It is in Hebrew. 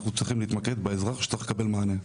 אנחנו צריכים להתמקד באזרח שצריך לקבל מענה.